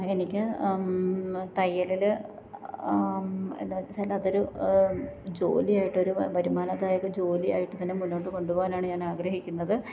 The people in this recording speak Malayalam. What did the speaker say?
എനിക്ക് തയ്യലില് എന്നുവച്ചാലതൊരു ജോലിയായിട്ട് ഒരു വരുമാനം അതായത് ജോലിയായിട്ട് തന്നെ മുന്നോട്ടു കൊണ്ടുപോകാനാണ് ഞാനാഗ്രഹിക്കുന്നത്